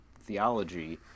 theology